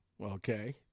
Okay